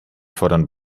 fordern